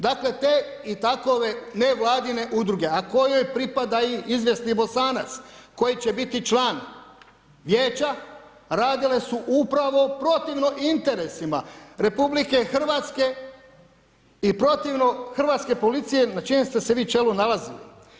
Dakle, te i takove nevladine udruge, a kojoj pripada i izvjesni Bosanac koji će biti član Vijeća radile su upravo protivno interesima Republike Hrvatske i protivno hrvatske policije na čijem ste se vi čelu nalazili.